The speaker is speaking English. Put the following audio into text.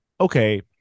okay